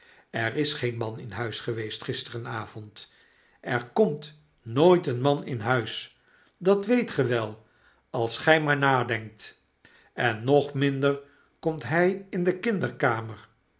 er is geen man in huis geweest gisterenavond er komt nooit een man in huis dat weet ge wel als gy maar nadenkt en nog minder komt hij in de kinderkamer